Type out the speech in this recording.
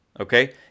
Okay